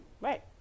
Right